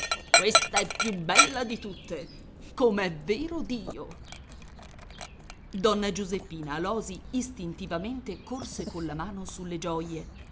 questa è più bella di tutte com'è vero dio donna giuseppina alòsi istintivamente corse con la mano sulle gioie